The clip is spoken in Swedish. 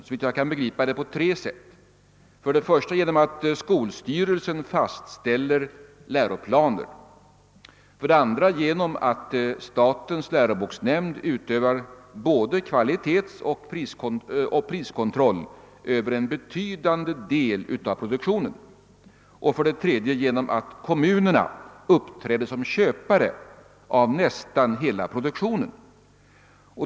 Såvitt jag kan begripa sker detta på tre sätt: för det första genom att skolstyrelsen fastställer läroplaner, för det andra genom att statens läroboksnämnd utövar både kvalitetsoch priskontroll över en betydande del av produktionen och för det tredje genom att kommunerna uppträder som köpare av nästan hela produktionen.